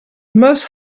must